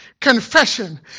Confession